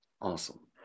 Awesome